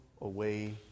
away